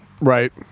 right